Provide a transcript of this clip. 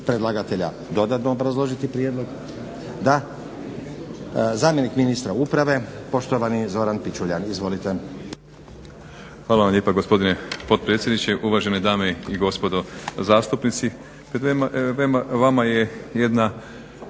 predlagatelja dodatno obrazložiti prijedlog? Da. Zamjenik ministra uprave poštovani Zoran Pičuljan. Izvolite. **Pičuljan, Zoran** Hvala vam lijepo gospodine potpredsjedniče. Uvažene dame i gospodo zastupnici.